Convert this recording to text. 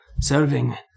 serving